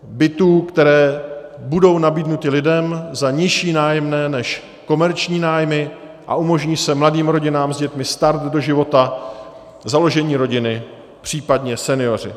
Bytů, které budou nabídnuty lidem za nižší nájemné než komerční nájmy a umožní se mladým rodinám s dětmi start do života, založení rodiny, případně senioři.